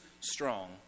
strong